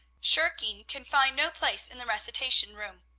shirking can find no place in the recitation-room.